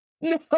No